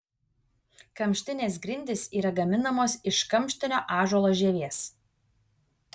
kamštinės grindys yra gaminamos iš kamštinio ąžuolo žievės